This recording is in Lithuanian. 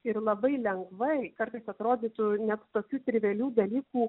ir labai lengvai kartais atrodytų net tokių trivialių dalykų